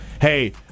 Hey